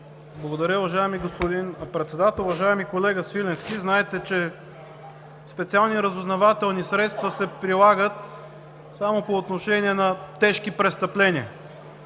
Благодаря, уважаеми господин Председател. Уважаеми колега Свиленски! Знаете, че специални разузнавателни средства се прилагат само по отношение на тежки престъпления.